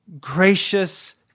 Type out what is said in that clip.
gracious